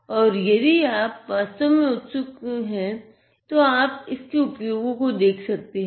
और अगर आप वास्तव में उत्सुक हैं तो आप इसके उपयोगो को देख सकते हैं